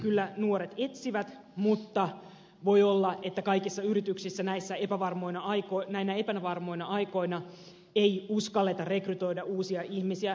kyllä nuoret etsivät mutta voi olla että kaikissa yrityksissä näinä epävarmoina aikoina ei uskalleta rekrytoida uusia ihmisiä